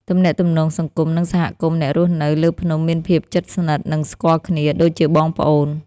ទំនាក់ទំនងសង្គម និងសហគមន៍អ្នករស់នៅលើភ្នំមានភាពជិតស្និទ្ធ និងស្គាល់គ្នាដូចជាបងប្អូន។